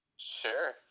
Sure